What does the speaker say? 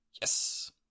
Yes